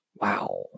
Wow